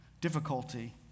difficulty